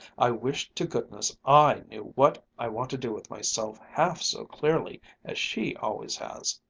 i wish to goodness i knew what i want to do with myself half so clearly as she always has.